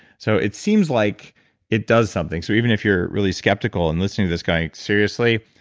so it seems like it does something. so, even if you're really skeptical and listening to this guy, seriously,